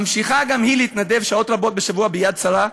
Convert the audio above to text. ממשיכה גם היא להתנדב שעות רבות בשבוע ב"יד שרה",